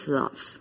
love